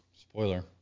Spoiler